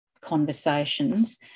conversations